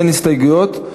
אין הסתייגויות,